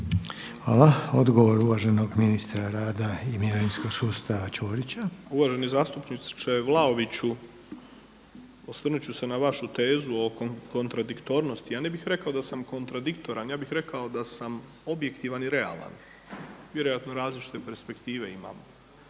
Hvala. Odgovor uvaženog ministra rada i mirovinskog sustava Ćorića. **Ćorić, Tomislav (HDZ)** Uvaženi zastupniče Vlaoviću, osvrnut ću se na vašu tezu o kontradiktornosti. Ja ne bih rekao da sam kontradiktoran, ja bih rekao da sam objektivan i realan. Vjerojatno različite perspektive imamo.